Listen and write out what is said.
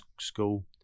School